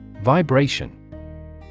Vibration